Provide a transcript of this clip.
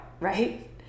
right